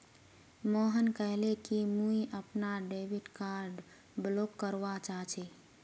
मोहन कहले कि मुई अपनार डेबिट कार्ड ब्लॉक करवा चाह छि